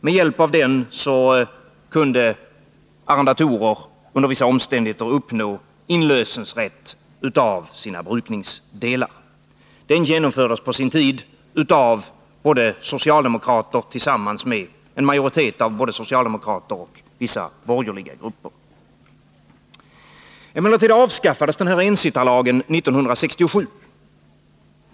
Med hjälp av den lagen kunde arrendatorer under vissa omständigheter uppnå rätt till inlösen av sina brukningsdelar. Lagen genomfördes på sin tid av en majoritet bestående av både socialdemokrater och vissa borgerliga grupper. Emellertid avskaffades ensittarlagen 1967.